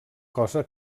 cosa